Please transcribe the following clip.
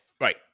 right